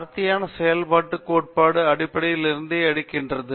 அடர்த்தியான செயல்பாட்டுக் கோட்பாடு அடிப்படையிலிருந்தே எடுக்கிறது